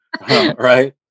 Right